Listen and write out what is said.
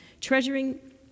treasuring